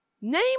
Name